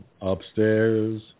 upstairs